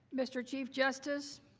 mr. chief justice,